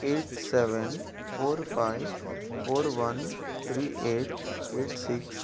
at seven four five four one three at at six